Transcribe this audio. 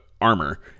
armor